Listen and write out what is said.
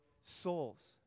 souls